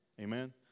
Amen